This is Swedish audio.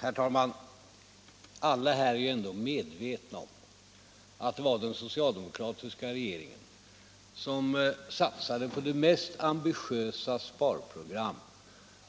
Herr talman! Alla ledamöter här i kammaren är ändå medvetna om att vad den socialdemokratiska regeringen — som satsade på det mest ambitiösa sparprogram